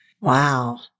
Wow